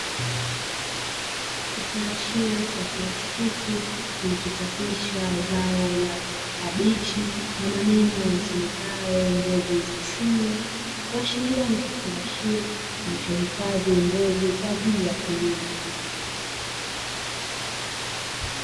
Kifungashio cha plastiki kilichochapishwa zao la kabichi, na maneno yasomekayo "mbegu za Simlaw", kuashiria ni kifungashio kilichohifadhi mbegu kwa ajili ya kilimo.